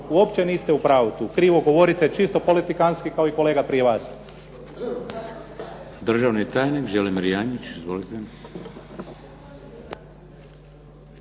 uopće u pravu tu. Krivo govorite čisto politikantski kako kolega prije vas.